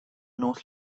north